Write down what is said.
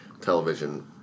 television